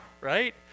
Right